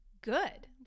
good